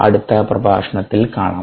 അടുത്ത പ്രഭാഷണത്തിൽ കാണാം